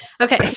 Okay